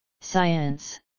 Science